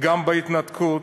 גם בהתנתקות,